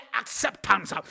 acceptance